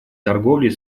торговлей